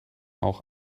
auch